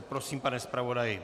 Prosím, pane zpravodaji.